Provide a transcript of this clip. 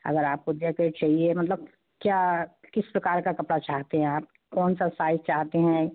अगर आपको जैकेट चाहिए मतलब क्या किस प्रकार का कपड़ा चाहते हैं आप कौन सा साइज चाहते हैं